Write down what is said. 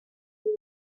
tree